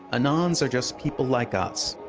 anons are just people like us.